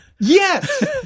Yes